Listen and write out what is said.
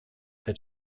that